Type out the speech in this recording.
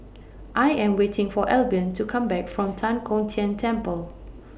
I Am waiting For Albion to Come Back from Tan Kong Tian Temple